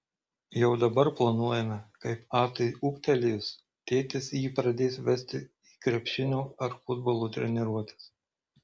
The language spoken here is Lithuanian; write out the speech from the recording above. jau dabar planuojame kaip atui ūgtelėjus tėtis jį pradės vesti į krepšinio ar futbolo treniruotes